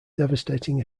devastating